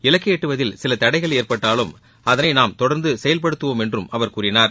இலக்கை எட்டுவதில் சில தடைகள் ஏற்பட்டாலும் அதனை நாம் தொடர்ந்து செயல்படுத்தவோம் என்றும் அவர் கூறினார்